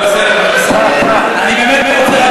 רק להגיד,